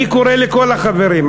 אני קורא לכל החברים,